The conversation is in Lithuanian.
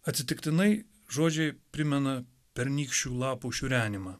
atsitiktinai žodžiai primena pernykščių lapų šiurenimą